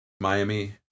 Miami